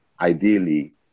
ideally